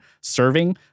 serving